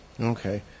Okay